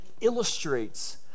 illustrates